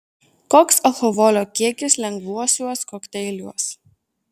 koks alkoholio kiekis lengvuosiuos kokteiliuos